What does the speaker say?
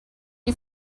you